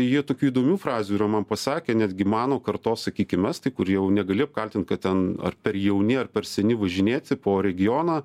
jie tokių įdomių frazių yra man pasakę netgi mano kartos sakykim estai kur jau negali apkaltint kad ten ar per jauni ar per seni važinėti po regioną